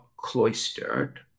cloistered